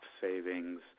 savings